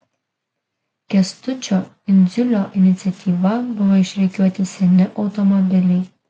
kęstučio indziulo iniciatyva buvo išrikiuoti seni automobiliai